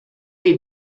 ate